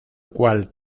cual